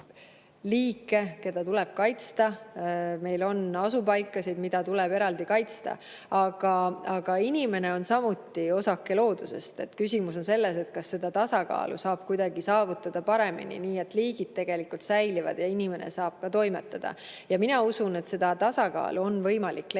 keda tuleb kaitsta, meil on asupaikasid, mida tuleb eraldi kaitsta. Aga inimene on samuti osake loodusest. Küsimus on selles, kas seda tasakaalu saab saavutada kuidagi paremini, nii et liigid säilivad ja inimene saab ka toimetada. Mina usun, et seda tasakaalu on võimalik leida,